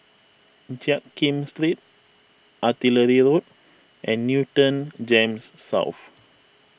Jiak Kim Street Artillery Road and Newton Gems South